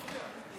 הוא מפריע.